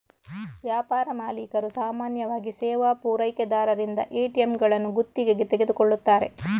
ವ್ಯಾಪಾರ ಮಾಲೀಕರು ಸಾಮಾನ್ಯವಾಗಿ ಸೇವಾ ಪೂರೈಕೆದಾರರಿಂದ ಎ.ಟಿ.ಎಂಗಳನ್ನು ಗುತ್ತಿಗೆಗೆ ತೆಗೆದುಕೊಳ್ಳುತ್ತಾರೆ